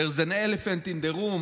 there is an elephant in the room,